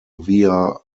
via